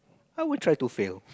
I would try to fail